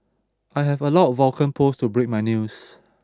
I have allowed Vulcan post to break my news